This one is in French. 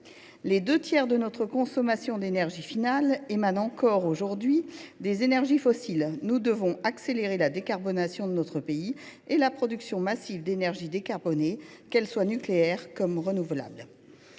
Les deux tiers de notre consommation d’énergie finale émanent encore aujourd’hui des énergies fossiles. Nous devons accélérer la décarbonation de notre pays et développer la production massive d’énergie décarbonée, qu’elle soit nucléaire ou renouvelable.